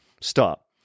stop